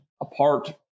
apart